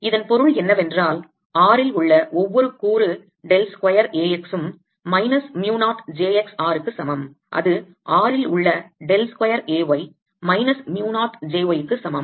இதன் பொருள் என்னவென்றால் r இல் உள்ள ஒவ்வொரு கூறு டெல் ஸ்கொயர் A x ம் minus mu 0 j x r க்கு சமம் அது r இல் உள்ள del square A y minus mu 0 j y க்கு சமம்